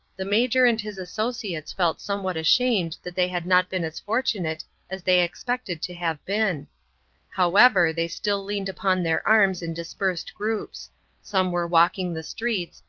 the major and his associates felt somewhat ashamed that they had not been as fortunate as they expected to have been however, they still leaned upon their arms in dispersed groups some were walking the streets,